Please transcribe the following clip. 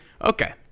Okay